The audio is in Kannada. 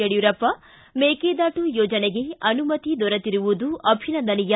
ಯಡ್ಕೂರಪ್ಪ ಮೇಕೆದಾಟು ಯೋಜನೆಗೆ ಅನುಮತಿ ದೊರೆತಿರುವುದು ಅಭಿನಂದನೀಯ